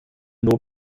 nur